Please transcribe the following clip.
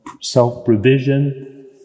self-provision